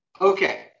Okay